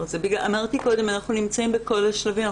אמרתי קודם, אנחנו נמצאים בכל השלבים.